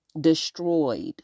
destroyed